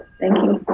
thank you.